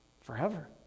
forever